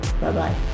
Bye-bye